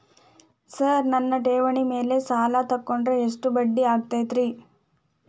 Sir ನನ್ನ ಠೇವಣಿ ಮೇಲೆ ಸಾಲ ತಗೊಂಡ್ರೆ ಎಷ್ಟು ಬಡ್ಡಿ ಆಗತೈತ್ರಿ?